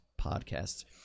Podcasts